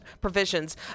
provisions